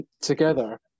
together